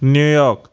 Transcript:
New York